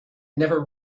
never